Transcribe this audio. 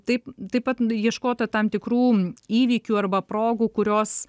taip taip pat ieškota tam tikrų įvykių arba progų kurios